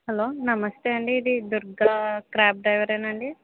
hello నమస్తే అండి ఇది దుర్గా క్యాబ్ డ్రైవరేనా అండి